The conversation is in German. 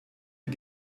wie